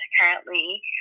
currently